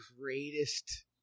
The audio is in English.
greatest